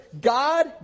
God